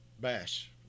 Bash